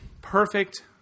perfect